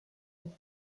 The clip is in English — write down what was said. with